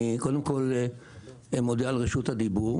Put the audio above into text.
אני מודה על רשות הדיבור,